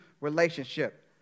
relationship